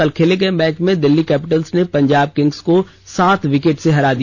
कल खेले गए मैच में दिल्ली कैपिटल्स ने पंजाब किंग्स को सात विकेट से हरा दिया